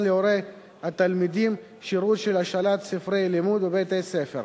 להורי התלמידים שירות של השאלת ספרי לימוד בבתי-הספר